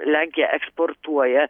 lenkija eksportuoja